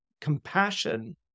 compassion